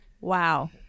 Wow